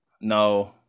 no